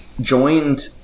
joined